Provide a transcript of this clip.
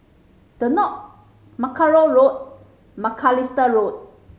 the Knoll Mackerrow Road Macalister Road